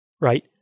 right